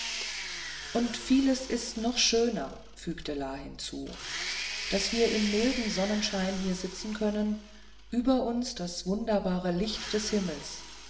und vieles ist noch schöner fügte la hinzu daß wir im milden sonnenschein hier sitzen können über uns das wunderbare licht des himmels